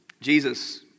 Jesus